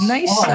Nice